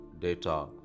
data